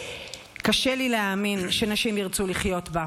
קשה לי להאמין שנשים ירצו לחיות בה.